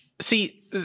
see